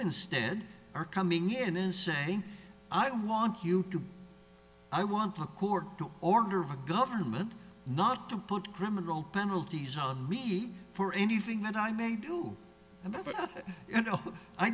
instead are coming in and saying i want you to i want a court to order a government not to put criminal penalties on me for anything that i may do